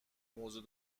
موضوع